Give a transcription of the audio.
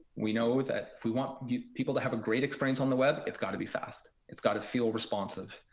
we know that if we want people to have a great experience on the web, it's got to be fast. it's got to feel responsive.